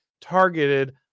targeted